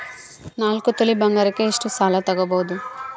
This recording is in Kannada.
ನಾಲ್ಕು ತೊಲಿ ಬಂಗಾರಕ್ಕೆ ಎಷ್ಟು ಸಾಲ ತಗಬೋದು?